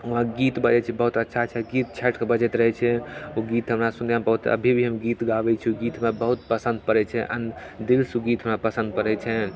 वहाँ गीत बजय छै बहुत अच्छा अच्छा गीत छैठके बजैत रहय छै ओ गीत हमरा सुनयमे बहुत अभी भी हम गीत गाबय छियै उ गीत हमरा बहुत पसन्द पड़य छै अन दिलसँ गीत हमरा पसन्द पड़य छनि